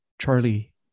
Charlie